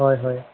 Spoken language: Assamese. হয় হয়